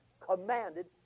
commanded